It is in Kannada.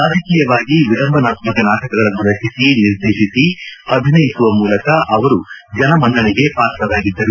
ರಾಜಕೀಯವಾಗಿ ವಿಡಂಬನಾತ್ಮಕ ನಾಟಕಗಳನ್ನು ರಚಿಸಿ ನಿರ್ದೇತಿಸಿ ಅಭಿನಯಿಸುವ ಮೂಲಕ ಅವರು ಜನಮನ್ನಣೆಗೆ ಪಾತ್ರರಾಗಿದ್ದರು